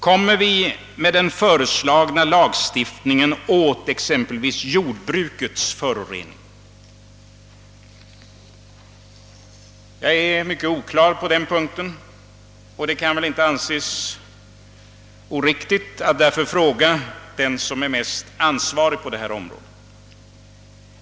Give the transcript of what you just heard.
Kommer vi med den föreslagna lagstiftningen åt exempelvis jordbrukets förorening? Jag har en mycket oklar uppfattning på den punkten, och det kan väl därför inte anses oriktigt att jag frågar den som är mest ansvarig på området.